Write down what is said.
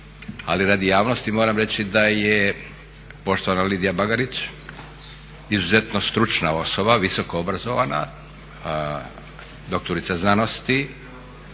Ali radi javnosti moram reći da je poštovana Lidija Bagarića izuzetno stručna osoba, visoko obrazovana, doktorica znanosti,